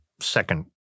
second